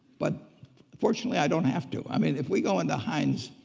but fortunately i don't have to. i mean, if we go into heinz,